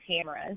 cameras